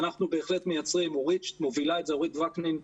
ואנחנו בהחלט מייצרים, אורית וקנין,